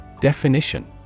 Definition